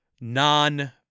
non